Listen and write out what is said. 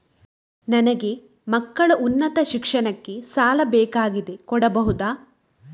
ನನಗೆ ಮಕ್ಕಳ ಉನ್ನತ ಶಿಕ್ಷಣಕ್ಕೆ ಸಾಲ ಬೇಕಾಗಿದೆ ಕೊಡಬಹುದ?